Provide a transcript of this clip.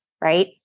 right